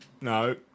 No